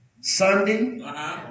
Sunday